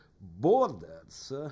borders